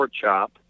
Chop